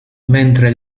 mentre